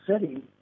city